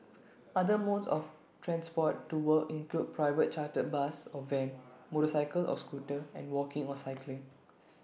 other modes of transport to work include private chartered bus or van motorcycle or scooter and walking or cycling